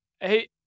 Hey